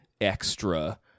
extra